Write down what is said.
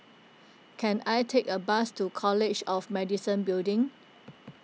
can I take a bus to College of Medicine Building